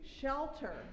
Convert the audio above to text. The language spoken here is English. shelter